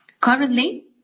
Currently